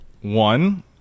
One